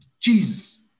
Jesus